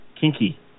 Kinky